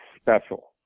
special